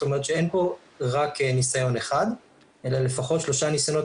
זאת אומרת שאין פה רק ניסיון אחד אלא לפחות שלושה ניסיונות,